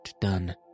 done